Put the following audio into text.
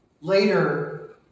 later